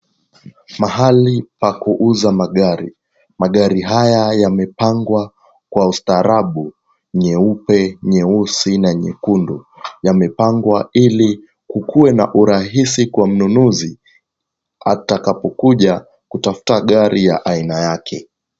Mahali pa kuuza magari. Magari haya yamepangwa kwa ustaarabu, nyeupe, nyeusi na nyekundu. Yamepangwa ili kukuwe na urahisi kwa mnunuzi, atakapokuja kutafuta gari ya aina yake.